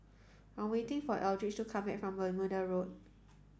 I am waiting for Eldridge to come back from Bermuda Road